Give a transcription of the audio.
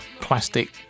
plastic